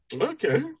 Okay